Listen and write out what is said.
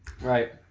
Right